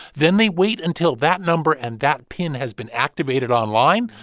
then they wait until that number and that pin has been activated online.